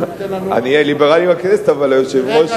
אני אהיה ליברלי עם הכנסת אבל היושב-ראש